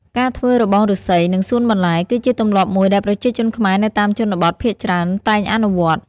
ការធ្វើរបងឬស្សីនិងសួនបន្លែ គឺជាទម្លាប់មួយដែលប្រជាជនខ្មែរនៅតាមជនបទភាគច្រើនតែងអនុវត្ត។